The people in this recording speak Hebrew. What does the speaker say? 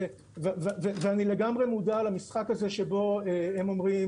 ואני לגמרי מודע למשחק הזה שבו הם אומרים,